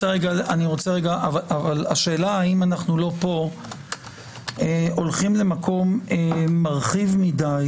אבל השאלה האם אנחנו לא הולכים למקום מרחיב מידי